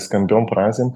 skambiom frazėm